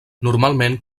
normalment